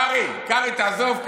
קרעי, קרעי, תעזוב.